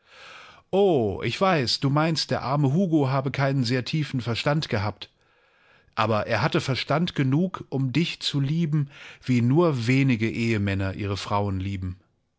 o ich weiß du meinst der arme hugo habe keinen sehr tiefen verstand gehabt aber er hatte verstand genug um dich zu lieben wie nur wenige ehemänner ihre frauen lieben